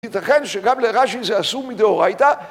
ייתכן שגם לרש"י זה אסור מדאורייתא